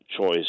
choice